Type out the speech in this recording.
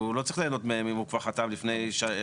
הוא לא צריך להנות מהן אם הוא כבר חתם לפני שבועיים.